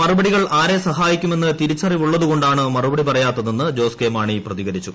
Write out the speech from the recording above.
മറുപടികൾ ആരെ സഹായിക്കുമെന്ന് തിരിച്ചറിവുള്ളതു കൊണ്ടാണ് മറുപടി പറയാത്തതെന്ന് ജോസ് കെ മാണി പ്രതികരിച്ചു